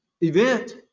event